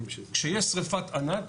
כשיש שריפת ענק,